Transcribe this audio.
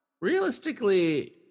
Realistically